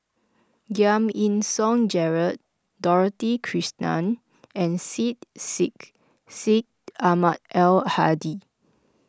Giam Yean Song Gerald Dorothy Krishnan and Syed Sheikh Syed Ahmad Al Hadi